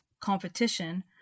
competition